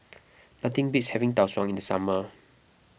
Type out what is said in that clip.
nothing beats having Tau Suan in the summer